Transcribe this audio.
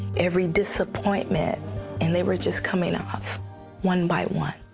every disappointment and they were just coming off one by one.